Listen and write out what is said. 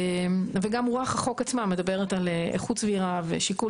גם רוח החוק עצמו מדברת על איכות סבירה ושיקול